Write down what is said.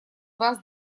вас